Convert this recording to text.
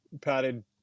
padded